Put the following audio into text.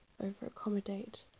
over-accommodate